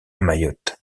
mayotte